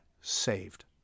saved